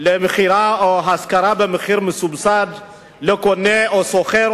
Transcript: למכירה או להשכרה במחיר מסובסד לקונה או לשוכר,